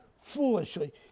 foolishly